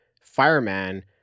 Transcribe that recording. Fireman